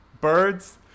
birds